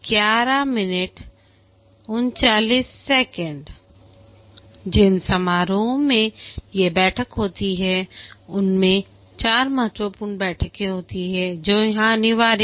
जिन समारोहों में ये बैठक होती है उनमें 4 महत्वपूर्ण बैठकें होती हैं जो यहां अनिवार्य हैं